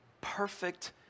perfect